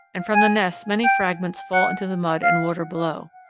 and from the nests many fragments fall into the mud and water below.